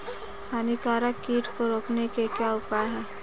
हानिकारक कीट को रोकने के क्या उपाय हैं?